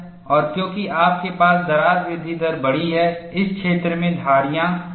और क्योंकि आपके पास दरार वृद्धि दर बड़ी है इस क्षेत्र में धारीयां संभव है